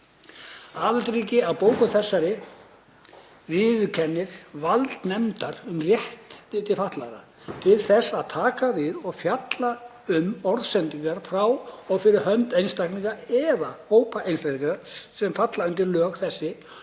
„Aðildarríki að bókun þessari viðurkennir vald nefndarinnar um réttindi fatlaðra til þess að taka við og fjalla um orðsendingar frá og fyrir hönd einstaklinga eða hópa einstaklinga sem falla undir lögsögu þess